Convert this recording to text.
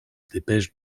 dépêche